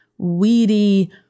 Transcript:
weedy